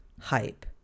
hype